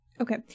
Okay